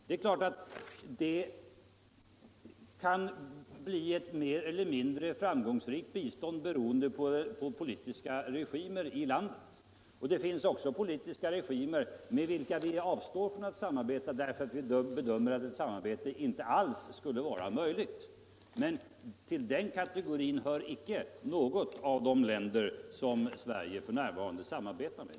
Det är klart att biståndet kan bli mer eller mindre framgångsrikt beroende på den politiska regimen i landet. Det finns också politiska regimer med vilka vi avstår från att samarbeta därför att vi bedömer att ett samarbete inte alls skulle vara möjligt. Men till den kategorin hör icke något av de länder som Sverige f. n. samarbetar med.